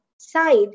side